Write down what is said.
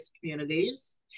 communities